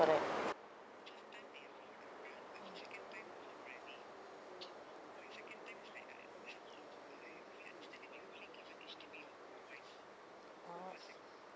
alright orh